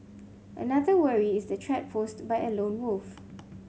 another worry is the threat posed by a lone wolf